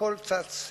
הכול צץ.